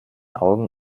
augen